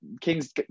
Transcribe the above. Kings